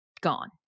gone